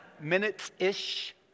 minutes-ish